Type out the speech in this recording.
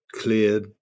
clear